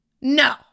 No